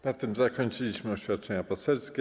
Na tym zakończyliśmy oświadczenia poselskie.